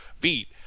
beat